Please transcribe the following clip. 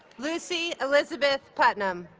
lucy elizabeth putnam